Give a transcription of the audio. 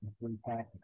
three-pack